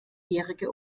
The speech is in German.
jährige